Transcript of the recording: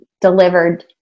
delivered